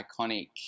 iconic